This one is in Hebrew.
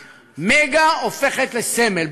"מגה" הופכת לסמל.